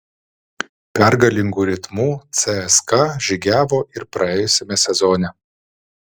pergalingu ritmu cska žygiavo ir praėjusiame sezone